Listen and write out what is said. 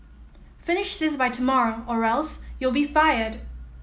finish this by tomorrow or else you'll be fired